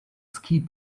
ski